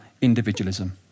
individualism